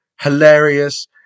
hilarious